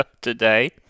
today